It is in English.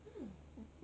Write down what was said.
uh